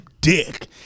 dick